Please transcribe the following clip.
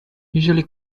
usually